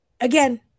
again